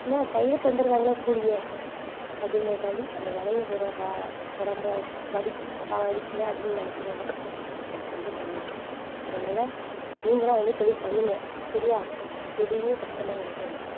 என்ன கையில் தந்துடுதாங்கள்ல கூலியை அப்படின்கறதுக்காண்டி அந்த வேலைய கூட வா உடம்பை சு வலிக்கு வலிக்கிலை அப்படின்னு நினைக்க மாட்டோம் அந்த தொழில பண்ணுவோம் அதனால் நீங்களும் அதேமாதிரி தொழில் பண்ணுங்கள் சரியா எதையுமே கஷ்டமா நினைக்காதிங்க